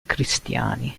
cristiani